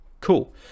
Cool